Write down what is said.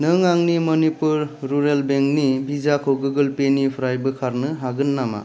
नों आंनि मणिपुर रुरेल बेंकनि भिसाखौ गुगोल पेनिफ्राय बोखारनो हागोन नामा